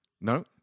No